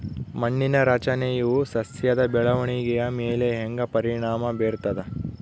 ಮಣ್ಣಿನ ರಚನೆಯು ಸಸ್ಯದ ಬೆಳವಣಿಗೆಯ ಮೇಲೆ ಹೆಂಗ ಪರಿಣಾಮ ಬೇರ್ತದ?